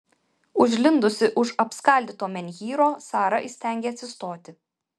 užlindusi už apskaldyto menhyro sara įstengė atsistoti